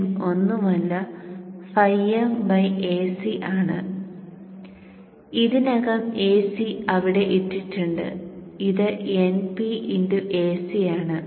Bm ഒന്നുമല്ല φm Ac ആണ് ഇതിനകം Ac അവിടെ ഇട്ടിട്ടുണ്ട് ഇത് Np Ac ആണ്